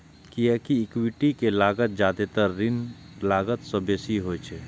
कियैकि इक्विटी के लागत जादेतर ऋणक लागत सं बेसी होइ छै